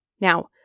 now